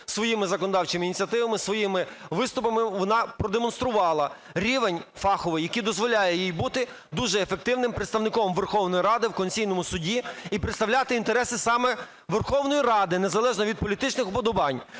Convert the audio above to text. своїми законодавчими ініціативами, своїми виступами вона продемонструвала рівень фаховий, який дозволяє їй бути представником Верховної Ради в Конституційному Суді і представляти інтереси саме Верховної Ради незалежно від політичних вподобань.